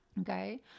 Okay